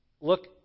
Look